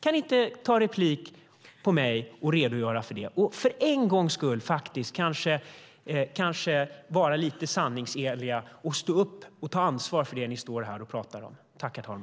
Kan ni inte begära replik på mitt anförande och redogöra för det och för en gångs skull kanske vara lite sanningsenliga och stå upp och ta ansvar för det ni står här och pratar om.